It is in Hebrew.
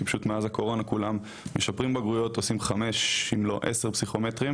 כי מאז הקורונה כולם עושים חמש אם לא 10 בחינות פסיכומטרי,